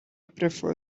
prefer